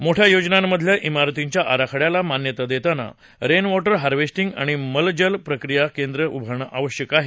मोठ्या योजनांमधल्या शिरतींच्या आराखड्याला मान्यता देताना रेनवॉटर हार्वेस्टिंग आणि मलजल प्रक्रिया केंद्र उभारणं आवश्यक आहे